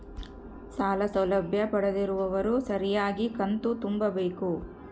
ಸಾಲ ಸೌಲಭ್ಯ ಪಡೆದಿರುವವರು ಸರಿಯಾಗಿ ಕಂತು ತುಂಬಬೇಕು?